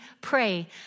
pray